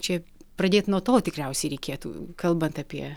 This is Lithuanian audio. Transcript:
čia pradėt nuo to tikriausiai reikėtų kalbant apie